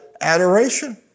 adoration